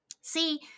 see